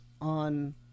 on